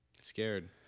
Scared